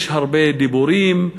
יש הרבה דיבורים,